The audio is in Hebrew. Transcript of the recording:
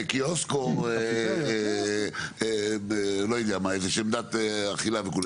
כי אוסקו, לא יודע מה, איזושהי עמדת אכילה וכו'.